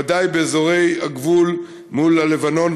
ודאי באזורי הגבול מול הלבנון,